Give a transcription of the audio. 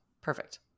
Perfect